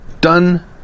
done